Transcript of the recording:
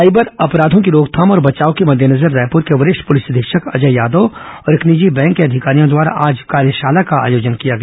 cyber अपराधों की रोकथाम और बचाव के मद्देनजर रायपुर के वरिष्ठ पुलिस अधीक्षक अजय यादव और एक निजी बैंक के अधिकारियों द्वारा आज कार्यशाला का आयोजन किया गया